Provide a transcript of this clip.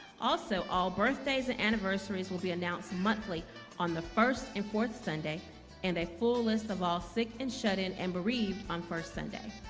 also all birthdays and anniversaries will be announced monthly on the first import sunday and a full list of all sick and shut-in and bereaved on first sunday